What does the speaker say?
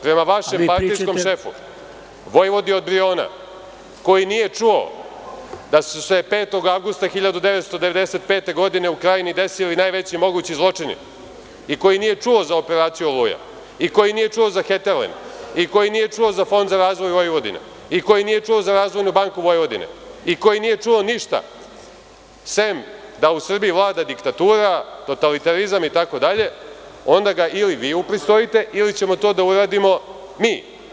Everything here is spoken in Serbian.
prema vašem partijskom šefu, vojvodi od Briona, koji nije čuo da su se 5. avgusta 1995. godine, u Krajini desili najveći mogući zločini i koji nije čuo za operaciju „Oluja“ i koji nije čuo za „Heterlend“ i koji nije čuo za Fond za razvoj Vojvodine i koji nije čuo za Razvojnu banku Vojvodine i koji nije čuo ništa, sem da u Srbiji vlada diktatura, totalitarizam itd, onda ga, ili vi upristojite, ili ćemo to da uradimo mi.